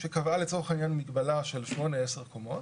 שקבעה לצורך העניין מגבלה של 8-10 קומות,